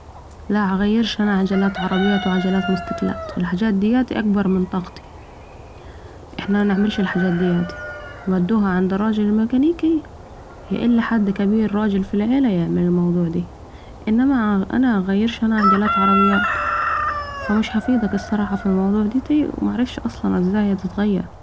لا عغيرش أنا عجلات عربيه و عجلات متسكلات الحجات دياتي اكبر من طاقتي إحنا منعملش الحجات دياتي ...نودوها عند الراجل ميكانيكي يا إلا حد كبير راجل في العيله يعمل الموضوع ده إنما أنا مهغيرشي أنا عجلات عربيات فا مش هفيدك في الموضيع دياتي و معرفش اصلا ازاي عتتغير